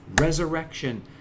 resurrection